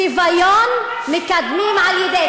שוויון מקדמים על-ידי,